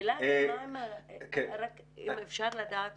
אפשר לדעת